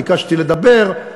ביקשתי לדבר,